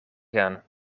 gaan